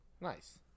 Nice